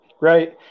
Right